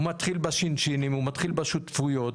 הוא מתחיל בשינשינים, הוא מתחיל בשותפויות,